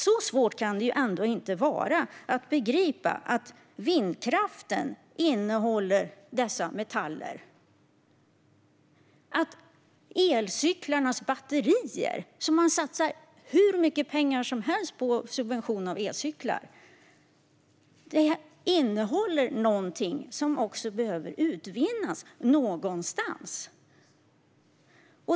Så svårt kan det väl ändå inte vara att begripa att vindkraften innehåller dessa metaller och att elcyklarnas batterier - man satsar hur mycket pengar som helst på subvention av elcyklar - innehåller någonting som behöver utvinnas någonstans.